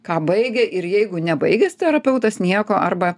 ką baigė ir jeigu nebaigęs terapeutas nieko arba